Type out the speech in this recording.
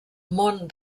món